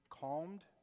calmed